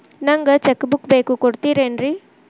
ನಂಗ cheque book ಬೇಕು ಕೊಡ್ತಿರೇನ್ರಿ?